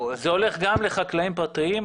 זה הולך גם לחקלאים פרטיים,